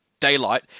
daylight